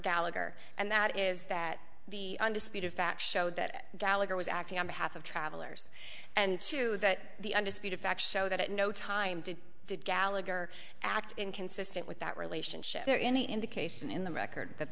gallagher and that is that the undisputed facts showed that gallagher was acting on behalf of travelers and to that the undisputed facts show that at no time did did gallagher act inconsistent with that relationship there any indication in the record that